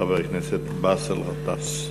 חבר הכנסת באסל גטאס.